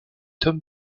homme